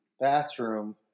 bathroom